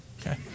okay